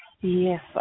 Yes